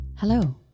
Hello